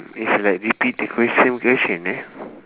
is like repeat the question question uh